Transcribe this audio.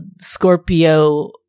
Scorpio